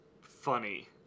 funny